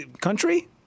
country